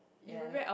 ya that